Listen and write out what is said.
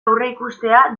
aurreikustea